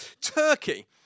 Turkey